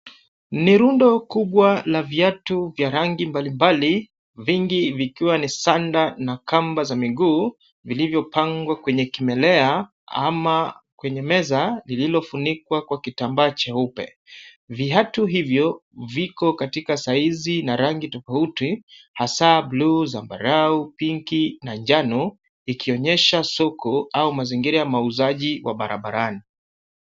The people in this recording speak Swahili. Ni rundo kubwa la viatu vya rangi mbalimbali, vingi vikiwa ni sanda na kamba za miguu, vilivyopangwa kwenye kimelea ama meza iliyofunikwa kwa kitambaa cheupe. Viatu hivyo, viko katika saizi na rangi tofauti, hasaa bluu, zambarau, pinki na njano, ikionyesha soko au eneo la mauzaji la barabarani.